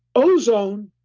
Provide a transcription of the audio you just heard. ozone,